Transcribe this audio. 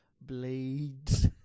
Blades